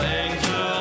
angel